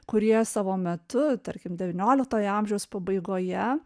kurie savo metu tarkim devynioliktojo amžiaus pabaigoje